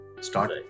start